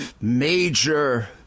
major